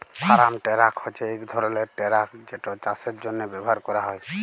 farm truck হছে ইক ধরলের টেরাক যেট চাষের জ্যনহে ব্যাভার ক্যরা হয়